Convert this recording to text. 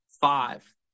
five